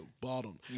bottom